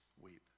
weep